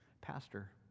pastor